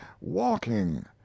walking